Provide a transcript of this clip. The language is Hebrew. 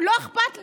לא אכפת לי.